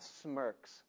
smirks